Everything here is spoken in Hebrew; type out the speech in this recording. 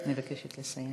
אני מבקשת לסיים.